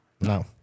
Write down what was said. No